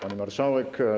Pani Marszałek!